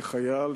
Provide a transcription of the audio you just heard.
כחייל,